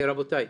לכן, רבותיי,